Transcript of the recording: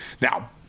Now